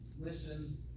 listen